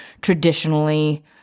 traditionally